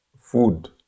food